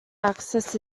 axis